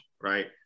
right